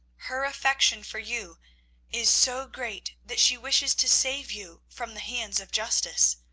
her affection for you is so great that she wishes to save you from the hands of justice.